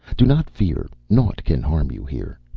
do not fear naught can harm you here.